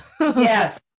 Yes